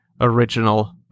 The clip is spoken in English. original